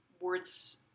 words